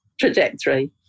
trajectory